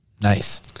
Nice